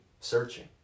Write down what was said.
searching